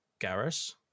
Garrus